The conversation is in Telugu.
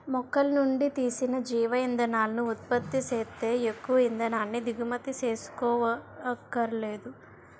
మొక్కలనుండి తీసిన జీవ ఇంధనాలను ఉత్పత్తి సేత్తే ఎక్కువ ఇంధనాన్ని దిగుమతి సేసుకోవక్కరనేదు